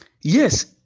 Yes